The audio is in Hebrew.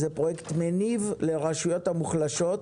זה פרויקט מניב לרשויות מוחלשות,